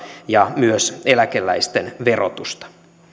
ja myös eläkeläisten verotusta